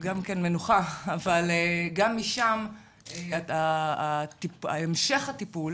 גם משם המשך הטיפול